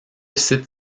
site